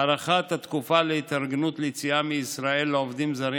הארכת התקופה להתארגנות ליציאה מישראל לעובדים זרים